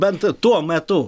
bent tuo metu